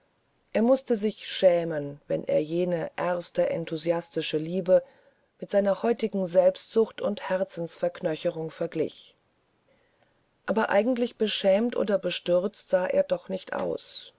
er mußte sich schämen wenn er jene erste enthusiastische liebe mit seiner heutigen selbstsucht und herzensverknöcherung verglich aber eigentlich beschämt oder bestürzt sah er doch nicht aus